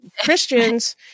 christians